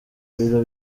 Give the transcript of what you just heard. biro